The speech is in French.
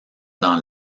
dans